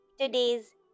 today's